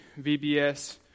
VBS